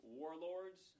warlords